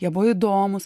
jie buvo įdomūs